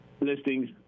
listings